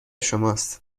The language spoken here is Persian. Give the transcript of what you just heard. شماست